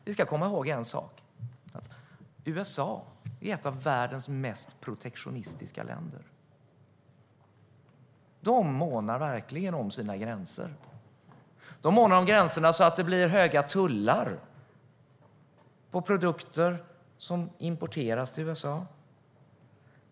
Vi ska komma ihåg en sak: USA är ett av världens mest protektionistiska länder. Där månar man om sina gränser så mycket att det blir höga tullar på produkter som importeras till USA.